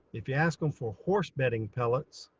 if you ask them for horse bedding pellets.